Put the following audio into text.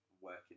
working